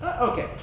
Okay